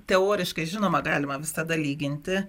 teoriškai žinoma galima visada lyginti